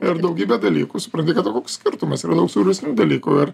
ir daugybę dalykų supranti kad o koks skirtumas yra daug svarbesnių dalykų ir